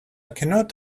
cannot